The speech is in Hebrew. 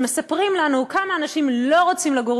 שמספרים לנו כמה אנשים לא רוצים לגור